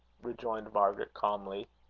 rejoined margaret, calmly.